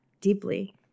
deeply